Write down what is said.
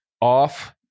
off